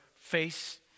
face